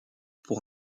pour